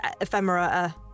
Ephemera